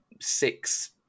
six